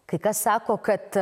kai kas sako kad